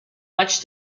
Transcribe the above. much